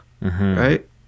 right